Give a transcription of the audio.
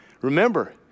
Remember